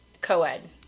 co-ed